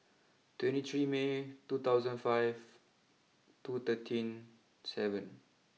twenty three May two thousand five two thirteen seven